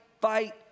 fight